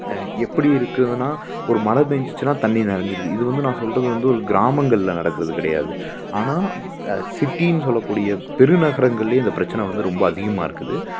எப்படி இருக்கிறதுனா ஒரு மழை பெய்ஞ்சிச்சின்னா தண்ணி நெறைஞ்சிருது இது வந்து நான் சொல்கிறது வந்து ஒரு கிராமங்களில் நடக்கிறது கிடையாது ஆனால் சிட்டினு சொல்லக்கூடிய பெருநகரங்கள்லேயே இந்த பிரச்சனை வந்து ரொம்ப அதிகமாக இருக்குது